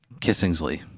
Kissingsley